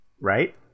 right